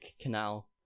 canal